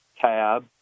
tab